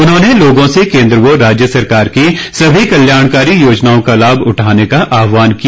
उन्होंने लोगों से केन्द्र व राज्य सरकार की सभी कल्याणकारी योजनाओं का लाभ उठाने का आह्वान किया